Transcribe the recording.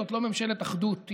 זאת לא ממשלת אחדות.